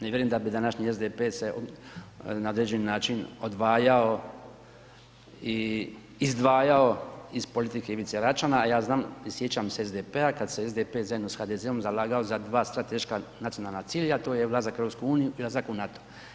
Ne vjerujem da bi današnji SDP se na određeni način odvajao i izdvajao iz politike Ivice Račana, a ja znam i sjećam se SDP-a kada se SDP zajedno sa HDZ-om zalagao za dva strateška nacionalna cilja, a to je ulazak u EU i ulazak u NATO.